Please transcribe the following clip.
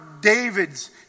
david's